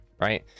right